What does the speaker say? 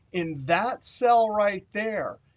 in that cell right there,